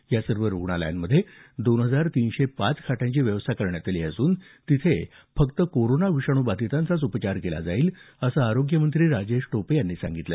या सर्व रुग्णालयांमध्ये दोन हजार तीनशे पाच खाटांची व्यवस्था करण्यात आली असून तिथे फक्त कोरोना विषाणूबाधितांचाच उपचार केला जाईल असं आरोग्यमंत्री राजेश टोपे यांनी सांगितलं